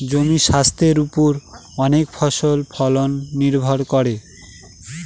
জমির স্বাস্থের ওপর অনেক ফসলের ফলন নির্ভর করে